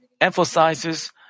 emphasizes